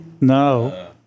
No